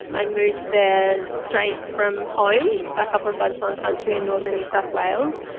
i moved there straight from home, back up on bundjalung country in northern new south wales.